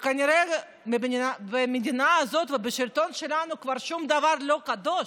כנראה במדינה הזאת ובשלטון שלנו כבר שום דבר לא קדוש,